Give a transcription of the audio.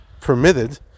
permitted